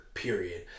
period